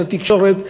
של התקשורת,